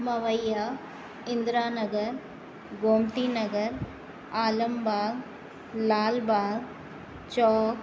Mawaiya Indira Nagar Gomti Nagar Alambagh Lalbagh Chowk